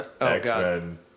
X-Men